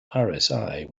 rsi